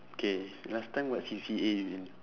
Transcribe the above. okay last time what C_C_A you in